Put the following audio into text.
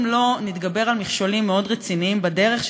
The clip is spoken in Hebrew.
אם לא נתגבר על מכשולים מאוד רציניים בדרך,